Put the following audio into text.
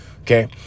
Okay